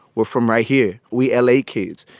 we're from right here. we la kids.